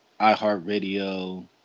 iHeartRadio